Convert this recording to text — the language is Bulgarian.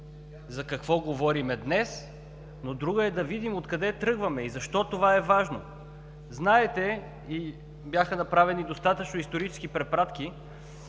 за какво говорим днес, но друго е да видим откъде тръгваме, и защо това е важно. Знаете, че бяха направени достатъчно исторически препратки.